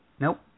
Nope